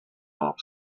off